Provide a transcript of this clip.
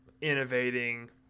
innovating